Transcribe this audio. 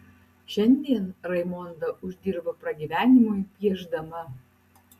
šiandien raimonda uždirba pragyvenimui piešdama